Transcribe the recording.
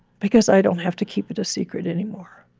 because i don't have to keep it a secret anymore.